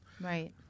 Right